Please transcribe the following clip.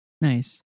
Nice